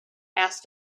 asked